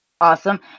Awesome